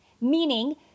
meaning